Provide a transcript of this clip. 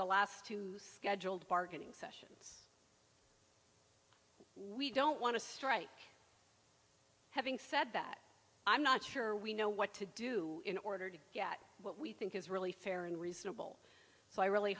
the last two scheduled bargaining sessions we don't want to strike having said that i'm not sure we know what to do in order to get what we think is really fair and reasonable so i really